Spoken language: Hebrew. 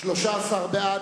תודה רבה.